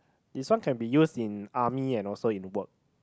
this one can be used in army and also in work